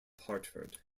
hartford